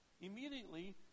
immediately